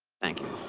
thank you.